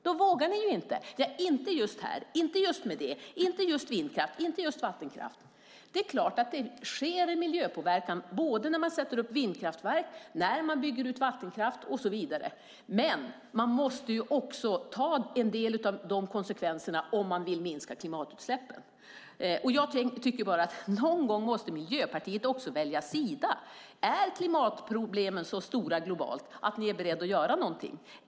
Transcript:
Då vågar ni inte - inte just här, inte just med det, inte just vindkraft, inte just vattenkraft. Det klart att det sker en miljöpåverkan när man sätter upp vindkraftverk, när man bygger ut vattenkraft och så vidare. Men man måste ta konsekvenserna om man vill minska klimatutsläppen. Någon gång måste Miljöpartiet välja sida. Är klimatproblemen så stora globalt att ni är beredda att göra det?